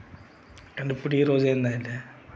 and ఇప్పుడు ఈ రోజు ఏంటంటే